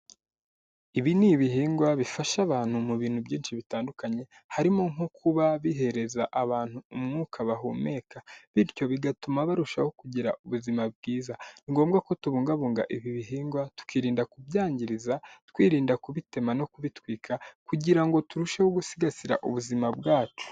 Ibi ni ibihingwa bifasha abantu mu bintu byinshi bitandukanye, harimo nko kuba bihereza abantu umwuka bahumeka bityo bigatuma barushaho kugira ubuzima bwiza. Ni ngombwa ko tubungabunga ibi bihingwa tukirinda kubyangiriza, twirinda kubitema no kubitwika kugira ngo turusheho gusigasira ubuzima bwacu.